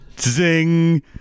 zing